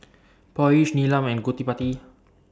Peyush Neelam and Gottipati